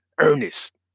Ernest